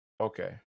Okay